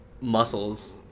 muscles